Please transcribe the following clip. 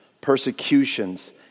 persecutions